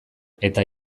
eta